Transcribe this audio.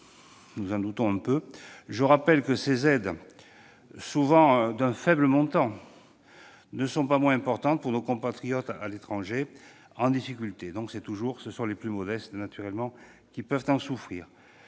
Nous en doutons un peu. Je rappelle que ces aides, souvent d'un faible montant, n'en sont pas moins importantes pour nos compatriotes à l'étranger en difficulté. Ce sont donc les plus modestes qui risquent de souffrir.